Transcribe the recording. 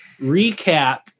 recap